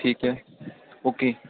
ਠੀਕ ਹੈ ਓਕੇ